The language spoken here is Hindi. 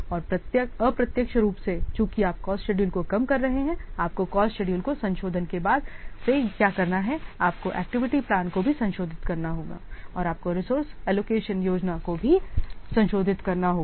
और अप्रत्यक्ष रूप से चूंकि आप कॉस्ट शेडूल को कम कर रहे हैं आपको कॉस्ट शेडूल में संशोधन के बाद से क्या करना है आपको एक्टिविटी प्लान को भी संशोधित करना होगा और आपको रिसोर्स एलोकेशन योजना को भी संशोधित करना होगा